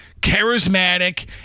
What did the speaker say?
charismatic